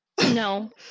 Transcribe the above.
No